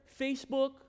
Facebook